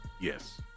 Yes